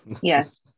Yes